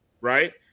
right